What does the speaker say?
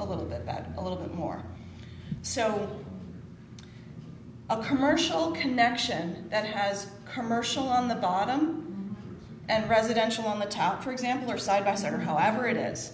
a little bit about a little bit more so a commercial connection that has commercial on the bottom and presidential on the top for example or side by side or however it is